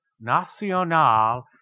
Nacional